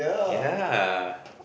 yeah